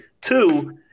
Two